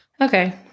Okay